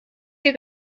hier